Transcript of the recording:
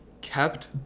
kept